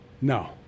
No